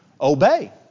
obey